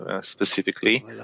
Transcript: specifically